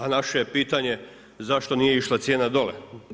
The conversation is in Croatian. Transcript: A naše je pitanje zašto nije išla cijena dolje.